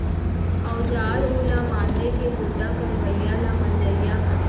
औजार उव ल मांजे के बूता करवइया ल मंजइया कथें